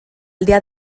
día